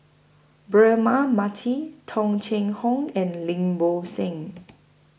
Braema Mathi Tung Chye Hong and Lim Bo Seng